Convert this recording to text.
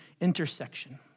intersection